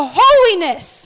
holiness